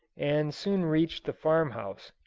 and soon reached the farm-house,